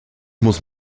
muss